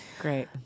great